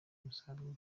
umusaruro